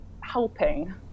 helping